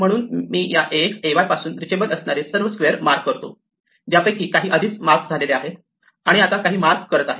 म्हणून मी या ax ay पासून रिचेबल असणारे सर्व स्क्वेअर मार्क करतो ज्यापैकी काही आधीच मार्क झालेले आहेत आणि काही आता मार्क करत आहे